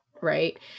Right